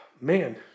Man